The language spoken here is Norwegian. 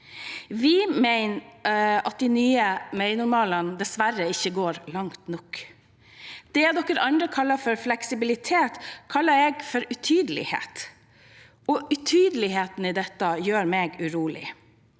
Vi mener at de nye veinormalene dessverre ikke går langt nok. Det de andre kaller fleksibilitet, kaller jeg utydelighet, og utydeligheten i dette gjør meg urolig.